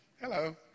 Hello